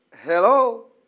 Hello